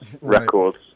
records